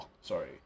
sorry